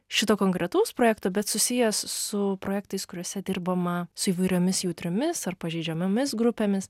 šito konkretaus projekto bet susijęs su projektais kuriuose dirbama su įvairiomis jautriomis ar pažeidžiamomis grupėmis